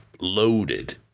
loaded